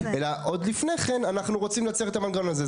אלא עוד לפני כן אנחנו רוצים לייצר את המנגנון הזה.